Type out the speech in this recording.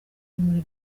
muri